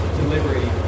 delivery